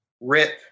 Rip